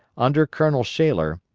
under colonel shaler,